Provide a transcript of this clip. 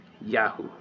Yahoo